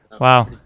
Wow